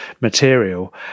material